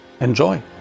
Enjoy